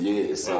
Yes